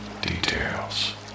details